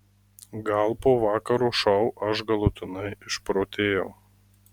gal po vakaro šou aš galutinai išprotėjau